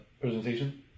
presentation